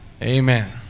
Amen